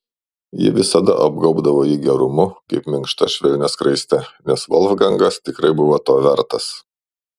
ji visada apgaubdavo jį gerumu kaip minkšta švelnia skraiste nes volfgangas tikrai buvo to vertas